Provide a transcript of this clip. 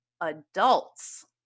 adults